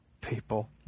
people